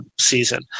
season